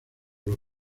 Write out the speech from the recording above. los